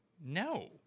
no